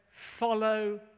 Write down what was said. Follow